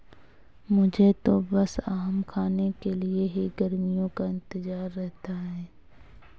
मुझे तो बस आम खाने के लिए ही गर्मियों का इंतजार रहता है